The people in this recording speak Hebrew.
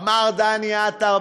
אמר דני עטר,